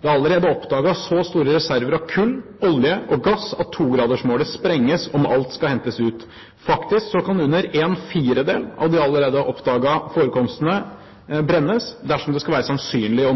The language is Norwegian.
Det er allerede oppdaget så store reserver av kull, olje og gass at togradersmålet sprenges om alt skal hentes ut. Faktisk kan under en fjerdedel av de allerede oppdagede forekomstene brennes dersom det skal være sannsynlig